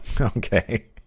okay